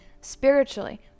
Spiritually